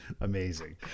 Amazing